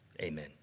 Amen